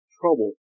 trouble